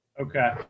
Okay